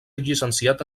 llicenciat